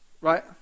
Right